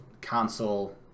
console